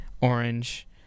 orange